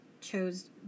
chose